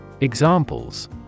Examples